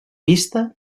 vista